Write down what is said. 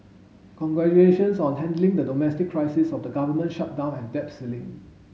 congratulations on handling the domestic crisis of the government shutdown and debt ceiling